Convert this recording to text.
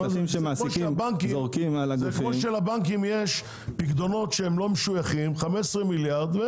זה כמו שלבנקים יש פיקדונות שהם לא משויכים של 15 מיליארד ₪,